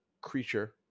creature